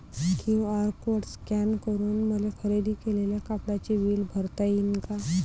QR code scan करून मले खरेदी केलेल्या कापडाचे बिल भरता यीन का?